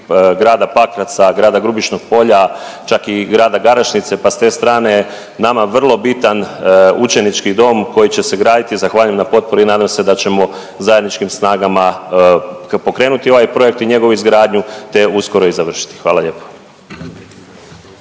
grada Pakraca, grada Grubišnog polja, čak i grada Garešnice, pa s te strane nama vrlo bitan učenički dom koji će se graditi, zahvaljujem na potpori i nadam se da ćemo zajedničkim snagama pokrenuti ovaj projekt i njegovu izgradnju, te uskoro i završiti, hvala lijepo.